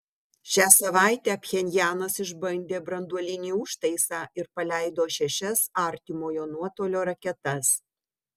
šią savaitę pchenjanas išbandė branduolinį užtaisą ir paleido šešias artimojo nuotolio raketas